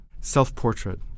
Self-portrait